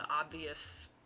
obvious